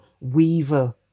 weaver